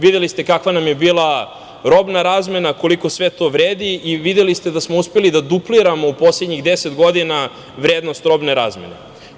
Videli ste kakva nam je bila robna razmena, koliko sve to vredi i videli ste da smo uspeli da dupliramo u poslednjih deset godina vrednost robne razmene.